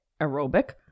aerobic